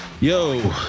Yo